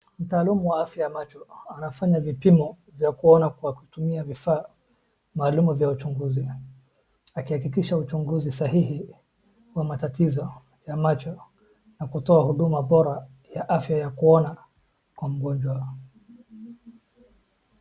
Mtaalamu wa afya ya macho anafanya vipimo vya kuona kwa kutumia vifaa maalumu vya uchunguzi akihakikisha uchunguzi sahihi wa matatizo ya macho na kutoa huduma bora ya afya ya kuona kwa mgonjwa.